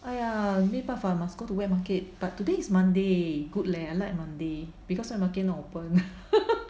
!aiya! 没办法 must go to wet market but today is Monday good leh I like Monday because wet market not open